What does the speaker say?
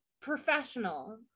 Professional